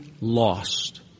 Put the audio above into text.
lost